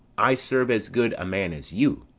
i serve as good a man as you.